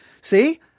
See